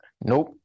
Nope